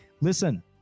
Listen